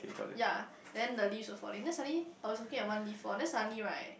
ya then the leaves were falling then suddenly I was looking at one leaf fall then suddenly right